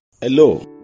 Hello